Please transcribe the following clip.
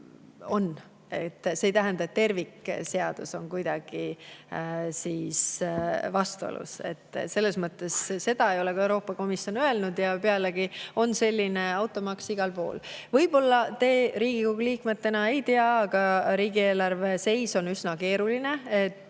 See ei tähenda, et tervikseadus on kuidagi vastuolus. Seda ei ole ka Euroopa Komisjon öelnud. Pealegi on selline automaks igal pool. Võib-olla te Riigikogu liikmetena ei tea, aga riigieelarve seis on üsna keeruline.